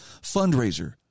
fundraiser